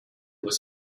was